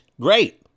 great